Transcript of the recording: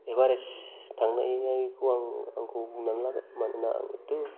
Everest थांनायखौ आं आंखौ बुंनानै लागोन मानोना आं बिदि